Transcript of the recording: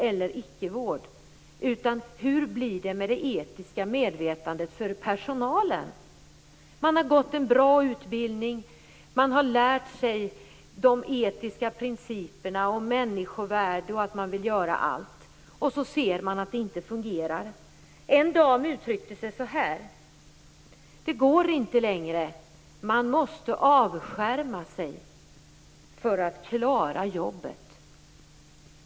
Jag vill veta hur det blir med det etiska medvetandet för personalen? Dessa personer har gått en bra utbildning och har lärt sig de etiska principerna om människorvärde, och de vill göra allt. Sedan ser de att det inte fungerar. En dam sade att det inte längre går utan att man måste avskärma sig för att klara jobbet.